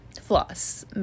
floss